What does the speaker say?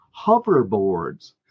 hoverboards